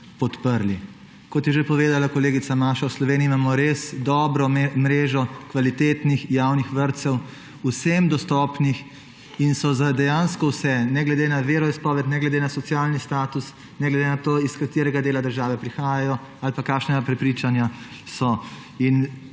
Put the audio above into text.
Kot je že povedala kolegica Maša, v Sloveniji imamo res dobro mrežo kvalitetnih javnih vrtcev, vsem dostopnih in so za dejansko vse, ne glede na veroizpoved, ne glede na socialni status, ne glede na to, iz katerega dela države prihajajo ali pa kakšna prepričanja so.